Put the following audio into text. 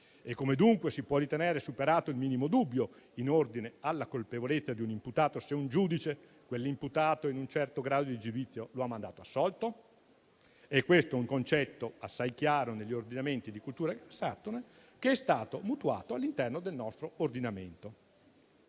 e come si può dunque ritenere superato il minimo dubbio in ordine alla colpevolezza di un imputato, se un giudice quell'imputato in un certo grado di giudizio lo ha mandato assolto? Questo è un concetto assai chiaro negli ordinamenti di cultura anglosassone, che è stato mutuato all'interno del nostro ordinamento,